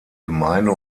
gemeinde